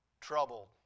troubled